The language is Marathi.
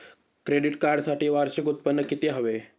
क्रेडिट कार्डसाठी वार्षिक उत्त्पन्न किती हवे?